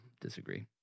disagree